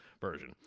version